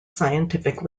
scientific